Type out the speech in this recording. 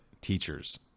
teachers